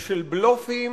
ושל בלופים,